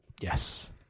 Yes